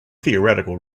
theoretical